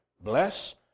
bless